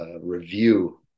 review